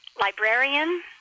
librarian